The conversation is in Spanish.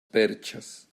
perchas